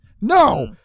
No